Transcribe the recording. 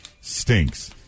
stinks